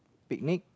picnic